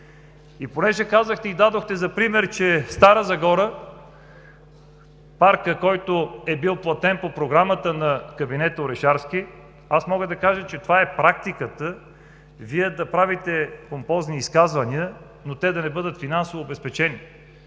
Понеже казахте и дадохте за пример Стара Загора, паркът, платен по програмата на кабинета Орешарски, мога да кажа, че това е практиката – Вие да правите помпозни изказвания, но те да не бъдат финансово обезпечени.